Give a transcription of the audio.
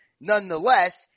nonetheless